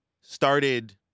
started